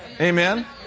Amen